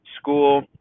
school